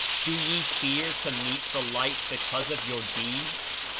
do ye fear to meet the light be cause of your deeds?